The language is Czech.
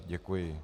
Děkuji.